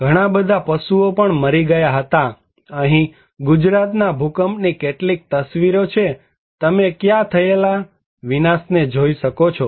ઘણા બધા પશુઓ પણ મરી ગયા હતા અહીં ગુજરાતના ભૂકંપની કેટલીક તસવીરો છે તમે ક્યાં થયેલા વિનાશને જોઈ શકો છો